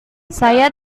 saya